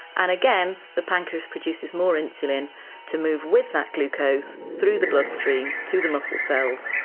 and again, the pancreas produces more insulin to move with that glucose through the bloodstream to the muscle cells,